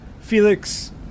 Felix